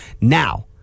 Now